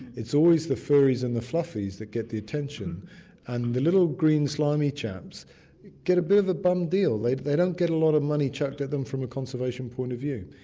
it's always the furries and the fluffies that get the attention and the little green slimy chaps get a bit of a bum deal. they they don't get a lot of money chucked at them from a conservation point of view.